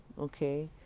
Okay